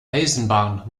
eisenbahn